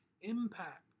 impact